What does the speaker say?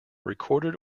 recorded